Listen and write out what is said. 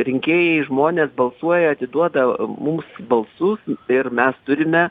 rinkėjai žmonės balsuoja atiduoda mums balsus ir mes turime